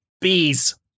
Bees